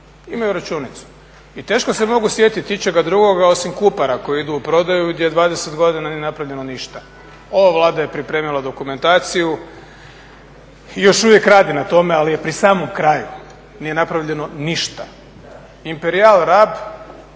imaju računicu. I teško se mogu sjetiti ičega drugoga osim Kupara koji idu u prodaju gdje 20 godina nije napravljeno ništa. Ova Vlada je pripremila dokumentaciju i još uvijek radi na tome ali je pri samom kraju, nije napravljeno ništa. Imperijal Rab